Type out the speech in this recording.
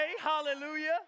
hallelujah